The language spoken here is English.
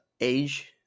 age